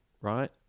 right